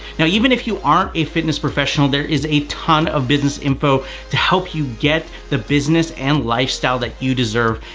now even if you aren't a fitness professional, there is a ton of business info to help you get the business and lifestyle that you deserve.